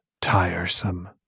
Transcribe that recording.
Tiresome